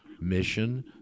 mission